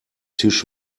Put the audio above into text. tisch